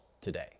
today